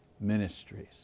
ministries